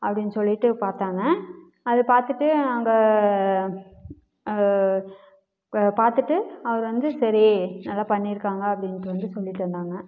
அப்படின்னு சொல்லிவிட்டு பார்த்தாங்க அது பார்த்துட்டு அங்கே பார்த்துட்டு அப்புறம் வந்து சரி நல்லா பண்ணியிருக்காங்க அப்படின்ட்டு வந்து சொல்லிவிட்டு வந்தாங்க